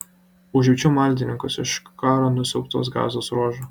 užjaučiu maldininkus iš karo nusiaubto gazos ruožo